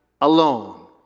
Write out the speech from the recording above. alone